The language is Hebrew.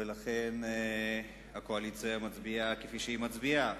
ולכן הקואליציה מצביעה כפי שהיא מצביעה.